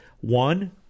One